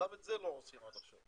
גם את זה לא עושים עד עכשיו.